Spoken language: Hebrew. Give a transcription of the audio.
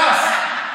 ש"ס.